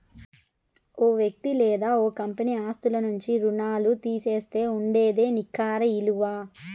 ఓ వ్యక్తి లేదా ఓ కంపెనీ ఆస్తుల నుంచి రుణాల్లు తీసేస్తే ఉండేదే నికర ఇలువ